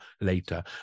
later